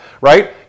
right